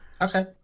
okay